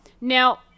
Now